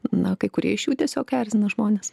na kai kurie iš jų tiesiog erzina žmones